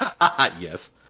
Yes